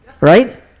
right